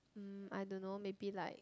I don't know maybe like